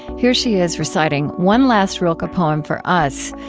here, she is reciting one last rilke poem for us.